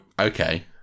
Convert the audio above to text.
Okay